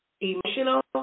emotional